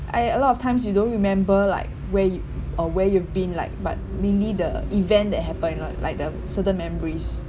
!aiya! a lot of times you don't remember like where you uh where you've been like but mainly the event that happened you know like the certain memories